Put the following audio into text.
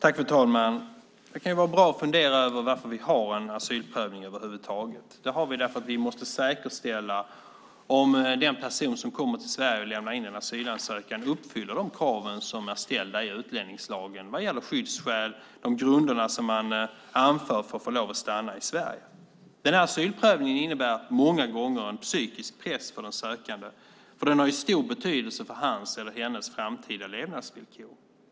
Fru talman! Det kan vara bra att fundera över varför vi har en asylprövning över huvud taget. Det har vi för att vi måste säkerställa om den person som kommer till Sverige och lämnar in en asylansökan uppfyller de krav som är ställda i utlänningslagen vad gäller skyddsskäl och de grunder som man anför för att få lov att stanna i Sverige. Den asylprövningen innebär många gånger en psykisk press på den sökande. Den har stor betydelse för hans eller hennes framtida levnadsvillkor.